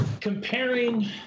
Comparing